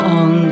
on